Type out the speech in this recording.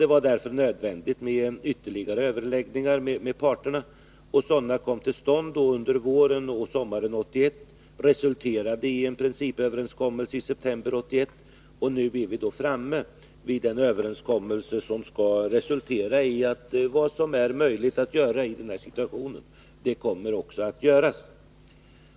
Det var därför nödvändigt med ytterligare överläggningar med parterna. Sådana kom till stånd under våren och sommaren 1981. De resulterade i en principöverenskommelse i september 1981. Nu är vi alltså framme vid den överenskommelse som skall resultera i att vad som är möjligt att göra i den här situationen också kommer att göras.